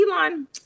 Elon